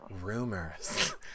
Rumors